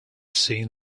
seen